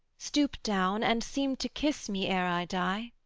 stoop down and seem to kiss me ere i die